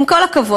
עם כל הכבוד,